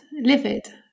livid